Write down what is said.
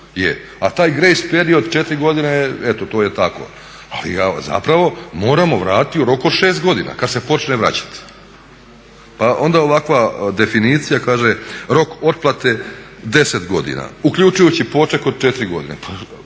a taj grace period 4 godine eto to je tako, ali zapravo moramo vratiti u roku od 6 godina kada se počne vraćati. Pa onda ovakva definicija kaže rok otplate 10 godina uključujući poček od 4 godine,